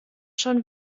schon